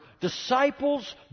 Disciples